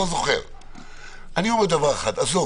עזוב,